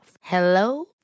Hello